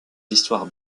histoires